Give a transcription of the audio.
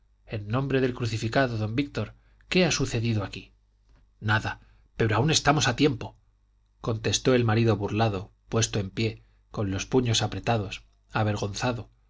en nombre del crucificado don víctor qué ha sucedido aquí nada pero aún estamos a tiempo contestó el marido burlado puesto en pie con los puños apretados avergonzado